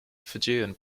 fijian